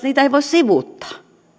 niitä ei voi sivuuttaa